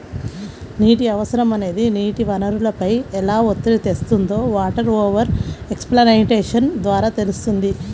నీటి అవసరం అనేది నీటి వనరులపై ఎలా ఒత్తిడి తెస్తుందో వాటర్ ఓవర్ ఎక్స్ప్లాయిటేషన్ ద్వారా తెలుస్తుంది